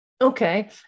Okay